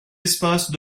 espaces